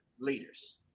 leaders